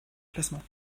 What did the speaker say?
classement